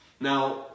Now